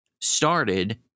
started –